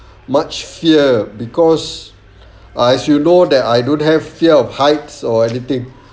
much fear because ah if you know that I don't have fear of heights or anything